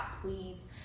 please